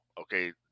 okay